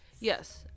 yes